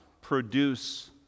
produce